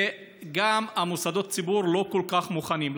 וגם מוסדות הציבור לא כל כך מוכנים.